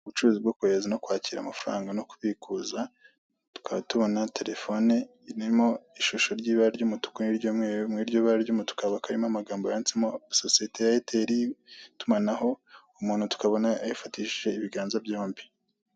Ubucuruzi bwo kohereza no kwakira amafaranga, no kubikuza, tukaba tubona terefone irimo ishusho ry'ibara ry'umutuku, n'iry'umweru, mw'iryo bara ry'umutuku, hakaba harimo amagambo yanditsemo sosiyete ya eyateri y'itumanaho, umuntu tukabona ayifatishije ibiganza byombi.